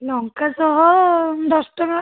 ଲଙ୍କା ଶହ ଦଶ ଟଙ୍କା